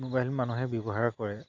mobile মানুহে ব্যৱহাৰ কৰে